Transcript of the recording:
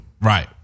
Right